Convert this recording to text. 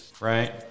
right